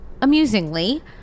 amusingly